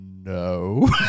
no